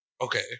Okay